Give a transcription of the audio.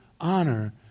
honor